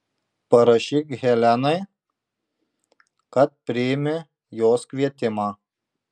parašyk helenai kad priimi jos kvietimą